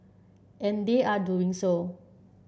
and they are doing so